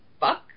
fuck